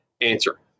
answer